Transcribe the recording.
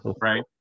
right